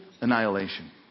annihilation